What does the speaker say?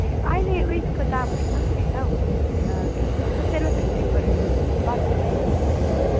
ए अहिले उयसको दामहरू कसरी छ हौ के पो भन्छ सेलोफेन पेपरहरू बन्डलमा कसरी पाउँछ हौ